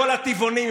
לכל הטבעונים,